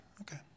Okay